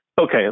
okay